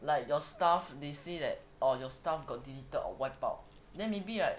like your stuff they say that all your stuff got deleted or wiped out then maybe like